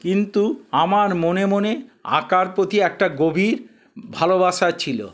কিন্তু আমার মনে মনে আঁকার প্রতি একটা গভীর ভালোবাসা ছিল